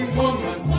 woman